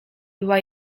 była